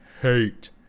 hate